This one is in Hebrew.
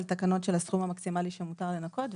אנחנו דיברנו על תקנות של הסכום המקסימלי שמותר לנכות,